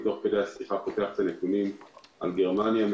תוך כדי השיחה אני פותח את הנתונים לגבי גרמניה,